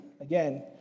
again